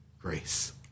grace